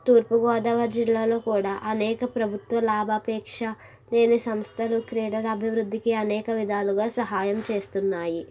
తూర్పుగోదావరి జిల్లాలో కూడా అనేక ప్రభుత్వ లాభాపేక్ష లేని సంస్థలు క్రీడల అభివృద్ధికి అనేక విధాలుగా సహాయం చేస్తున్నాయి